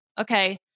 Okay